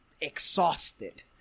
exhausted